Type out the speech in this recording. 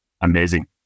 Amazing